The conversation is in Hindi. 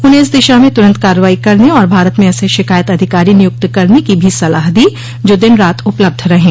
उन्हें इस दिशा में तुरंत कार्रवाई करने और भारत में ऐसे शिकायत अधिकारी नियुक्त करने की भी सलाह दी जो दिन रात उपलब्ध रहें